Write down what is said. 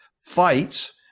fights